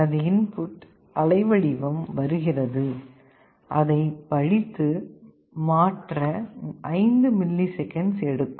எனது இன்புட் அலைவடிவம் வருகிறது நான் அதைப் படித்து மாற்ற 5 மில்லி செகண்ட்ஸ் எடுக்கும்